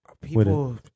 people